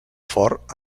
fort